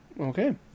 okay